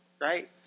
Right